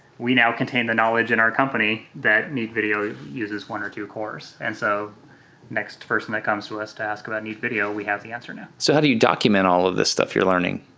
we now contain the knowledge in our company that neat video uses one or two cores and so next person that comes to us to ask about neat video, we have the answer now. so how do you document all of this stuff you're learning?